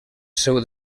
seu